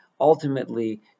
ultimately